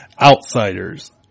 Outsiders